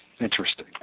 interesting